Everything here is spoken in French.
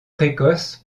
précoce